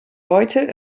heute